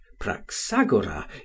praxagora